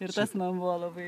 ir tas man buvo labai